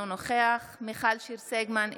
אינו נוכח מיכל שיר סגמן,